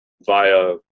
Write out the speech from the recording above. via